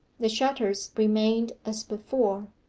the shutters remained as before,